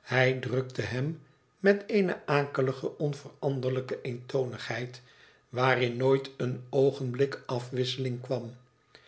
hij drukte hem met eene akelige onveranderlijke eentonigheid waarin nooit een oogenblik afwisseling kwam